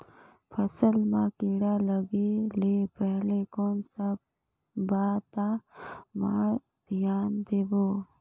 फसल मां किड़ा लगे ले पहले कोन सा बाता मां धियान देबो?